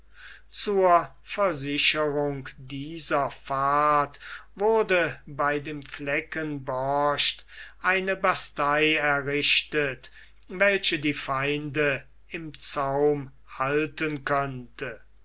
zur versicherung dieser fahrt wurde bei dem flecken borcht eine bastei errichtet welche die feinde im zaum halten könnte